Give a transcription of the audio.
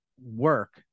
work